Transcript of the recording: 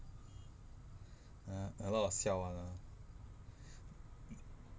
uh a lot of siao one ah